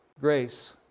grace